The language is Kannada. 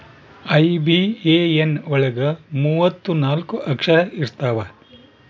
ಐ.ಬಿ.ಎ.ಎನ್ ಒಳಗ ಮೂವತ್ತು ನಾಲ್ಕ ಅಕ್ಷರ ಇರ್ತವಾ